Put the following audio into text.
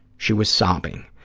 she was sobbing,